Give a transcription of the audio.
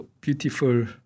beautiful